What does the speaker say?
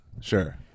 Sure